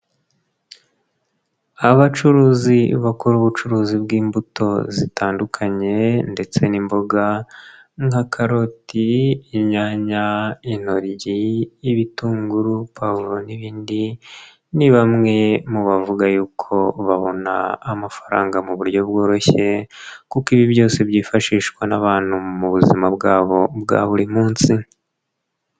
Abacuruzi bakora ubucuruzi bw'imbuto zitandukanye ndetse n'imboga nka karoti, inyanya, intogi, ibitunguru, pawavulo n'ibindi. Ni bamwe mu bavuga yuko babona amafaranga mu buryo bworoshye kuko ibi byose byifashishwa n'abantu mu buzima bwabo bwa buri munsi.